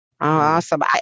Awesome